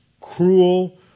cruel